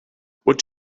what